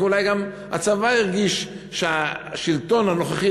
כי אולי גם הצבא הרגיש שהשלטון הנוכחי,